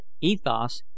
Ethos